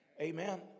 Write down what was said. Amen